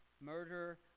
murder